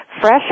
Fresh